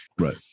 Right